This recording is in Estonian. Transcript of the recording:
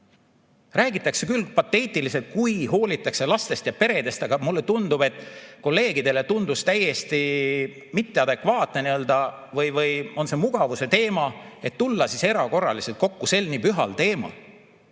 Räägitakse küll pateetiliselt, kuidas hoolitakse lastest ja peredest, aga mulle tundub, et kolleegidele tundus täiesti mitteadekvaatne, või on see mugavuse teema, et tulla siis erakorraliselt kokku sel nii pühal teemal.